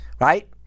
right